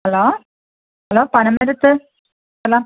hello hello പനമരത്ത് hello